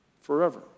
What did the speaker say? forever